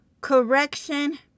correction